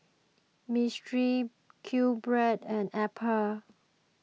Mistral Qbread and Apple